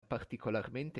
particolarmente